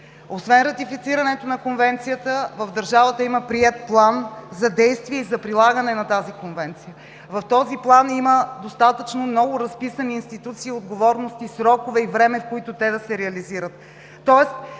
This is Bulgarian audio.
Освен ратифицирането на Конвенцията, в държавата има приет План за действие и за прилагане на тази Конвенция. В този План има достатъчно много разписани институции, отговорности, срокове и време, в които те да се реализират.